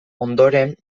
ondoren